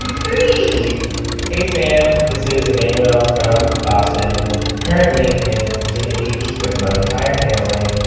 three hey, sam. this is emmanuel from boston currently in virginia beach with my entire family.